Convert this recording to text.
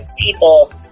people